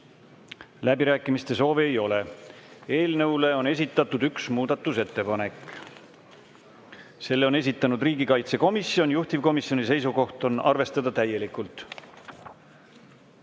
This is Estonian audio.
Läbirääkimiste soovi ei ole. Eelnõu kohta on esitatud üks muudatusettepanek. Selle on esitanud riigikaitsekomisjon, juhtivkomisjoni seisukoht on arvestada täielikult.